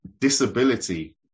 Disability